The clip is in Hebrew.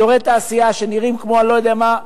אזורי תעשייה שנראים כמו אני לא יודע מה,